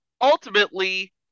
Ultimately